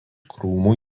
krūmų